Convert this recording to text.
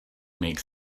makes